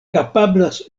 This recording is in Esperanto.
kapablas